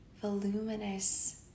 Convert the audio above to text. voluminous